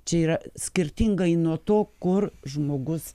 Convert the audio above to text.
čia yra skirtingai nuo to kur žmogus